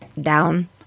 down